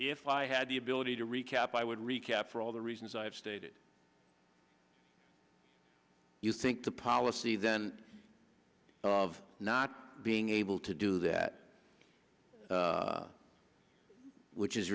if i had the ability to recap i would recap for all the reasons i've stated you think the policy then of not being able to do that which is